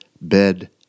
bed